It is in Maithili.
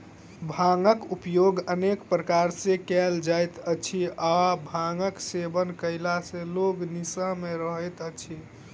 भांगक उपयोग अनेक प्रकार सॅ कयल जाइत अछि आ भांगक सेवन कयला सॅ लोक निसा मे रहैत अछि